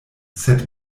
sed